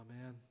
Amen